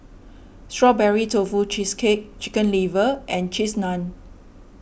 Strawberry Tofu Cheesecake Chicken Liver and Cheese Naan